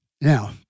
Now